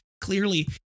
clearly